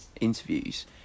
interviews